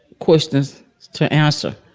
questions to answer.